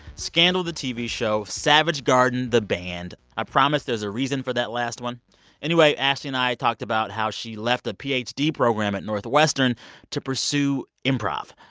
scandal the tv show, savage garden the band. i promise there's a reason for that last one anyway, ashley and i talked about how she left a ph d. program at northwestern to pursue improv.